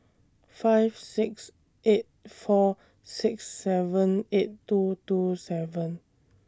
five six eight four six seven eight two two seven